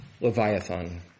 Leviathan